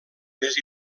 més